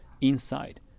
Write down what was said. inside